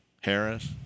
Harris